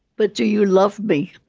but do you love me?